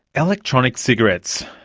electronic cigarettes,